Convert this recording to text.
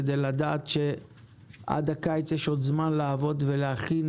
כדי לדעת שעד הקיץ יש עוד זמן לעבוד ולהכין